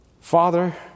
Father